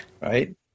Right